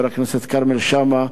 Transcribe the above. חבר הכנסת כרמל שאמה,